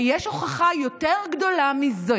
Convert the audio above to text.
היש הוכחה יותר גדולה מזו